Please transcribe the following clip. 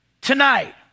tonight